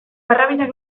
barrabilak